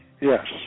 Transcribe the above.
Yes